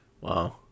wow